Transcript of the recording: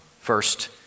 First